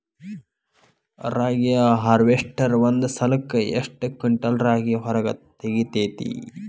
ರಾಗಿಯ ಹಾರ್ವೇಸ್ಟರ್ ಒಂದ್ ಸಲಕ್ಕ ಎಷ್ಟ್ ಕ್ವಿಂಟಾಲ್ ರಾಗಿ ಹೊರ ತೆಗಿತೈತಿ?